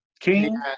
King